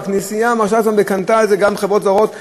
והכנסייה מרשה את זה ומכרה גם לחברות זרות,